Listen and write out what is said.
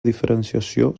diferenciació